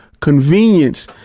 convenience